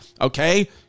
okay